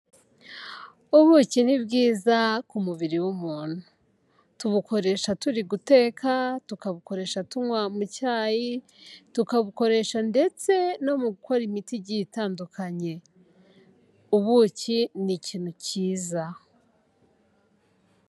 Ubuki nibwiza ku mubiri w'umuntu. Tubukoresha turi guteka, tukabukoresha tunywa mu cyayi, tukabukoresha ndetse no mu gukora imiti igiye itandukanye. Ubuki ni ikintu cyiza.